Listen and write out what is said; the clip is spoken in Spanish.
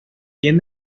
tiene